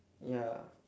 ya